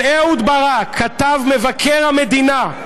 על אהוד ברק כתב מבקר המדינה,